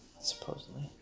Supposedly